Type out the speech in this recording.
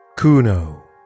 Kuno